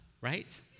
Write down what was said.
right